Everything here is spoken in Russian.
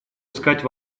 искать